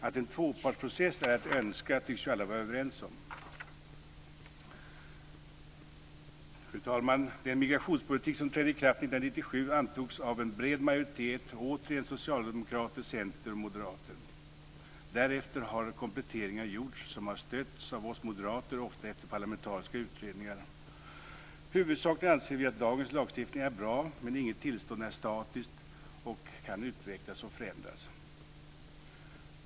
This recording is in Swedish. Att en tvåpartsprocess är att önska tycks ju alla vara överens om. Fru talman! Den migrationspolitik som trädde i kraft 1997 antogs av en bred majoritet, återigen bestående av Socialdemokraterna, Centern och Moderaterna. Därefter har kompletteringar gjorts som har stötts av oss moderater, ofta efter parlamentariska utredningar. Huvudsakligen anser vi att dagens lagstiftning är bra, men inget tillstånd är statiskt utan kan utvecklas och förändras.